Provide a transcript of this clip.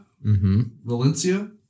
Valencia